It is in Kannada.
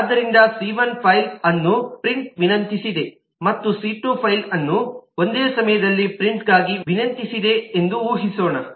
ಆದ್ದರಿಂದ ಸಿ1 ಫೈಲ್1 ಅನ್ನು ಪ್ರಿಂಟ್ಗಾಗಿ ವಿನಂತಿಸಿದೆ ಮತ್ತು ಸಿ2 ಫೈಲ್2 ಅನ್ನು ಒಂದೇ ಸಮಯದಲ್ಲಿ ಪ್ರಿಂಟ್ಗಾಗಿ ವಿನಂತಿಸಿದೆ ಎಂದು ಊಹಿಸೋಣ